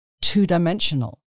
two-dimensional